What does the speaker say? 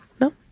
No